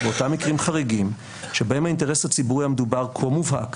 באותם מקרים חריגים שבהם האינטרס הציבורי המדובר כה מובהק,